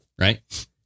Right